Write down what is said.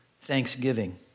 thanksgiving